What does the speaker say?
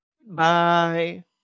Bye